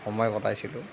সময় কটাইছিলোঁ